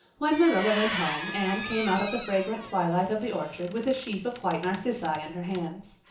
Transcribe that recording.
when marilla went home anne came out of the fragrant twilight of the orchard with a sheaf of white narcissi in her hands.